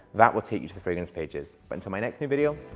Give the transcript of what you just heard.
that will take you to the fragrance pages. but until my next new video,